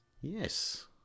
Yes